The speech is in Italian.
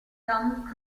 tom